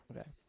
Okay